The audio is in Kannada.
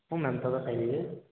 ಹ್ಞೂ ಮ್ಯಾಮ್ ತಗೊತಾ ಇದ್ದೀವಿ